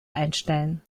einstellen